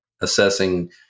assessing